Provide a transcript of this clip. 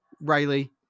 Riley